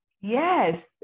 yes